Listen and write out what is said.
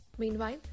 Meanwhile